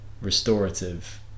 restorative